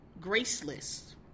graceless